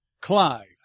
Clive